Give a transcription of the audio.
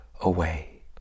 away